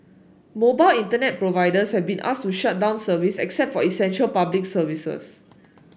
mobile Internet providers have been asked to shut down service except for essential Public Services